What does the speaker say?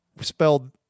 spelled